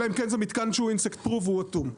אלא אם כן זה מתקן שהוא אינסקט פרוף והוא אטום.